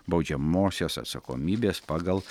baudžiamosios atsakomybės pagal